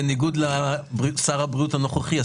בניגוד לשר הבריאות הנוכחי,